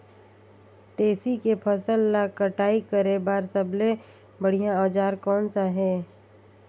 तेसी के फसल ला कटाई करे बार सबले बढ़िया औजार कोन सा हे?